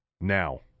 Now